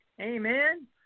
Amen